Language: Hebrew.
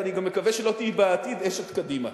ואני גם מקווה שלא תהיי בעתיד אשת קדימה.